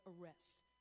arrests